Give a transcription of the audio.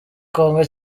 congo